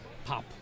Pop